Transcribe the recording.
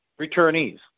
Returnees